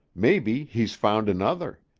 maybe he's found another.